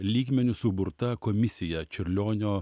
lygmeniu suburta komisija čiurlionio